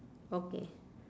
okay